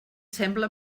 sembla